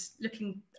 looking